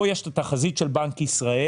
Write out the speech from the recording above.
בשקף הבא יש את התחזית של בנק ישראל.